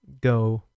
go